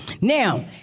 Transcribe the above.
Now